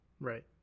Right